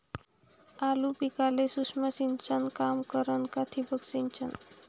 आलू पिकाले सूक्ष्म सिंचन काम करन का ठिबक सिंचन?